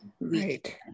Right